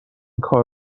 کار